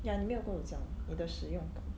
ya 你没有跟我讲你的使用感